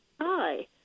Hi